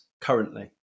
currently